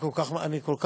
אני כל כך מסכים